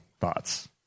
thoughts